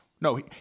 No